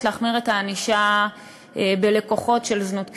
להחמיר את הענישה על לקוחות של זנות קטינים.